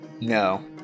No